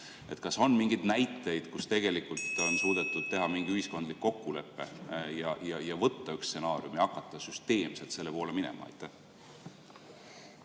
Kas on mingeid näiteid, et on ka tegelikult suudetud teha mingi ühiskondlik kokkulepe, võtta üks stsenaarium ja hakata süsteemselt selle poole minema? Suur